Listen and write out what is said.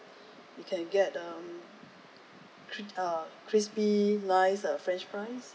you can get um um crispy fries uh french fries